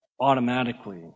automatically